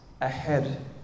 ahead